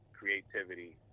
creativity